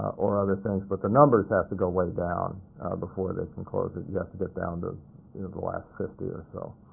or other things. but the numbers have to go way down before they can close it. you have to get down to the last fifty or so.